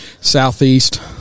Southeast